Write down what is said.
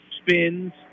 spins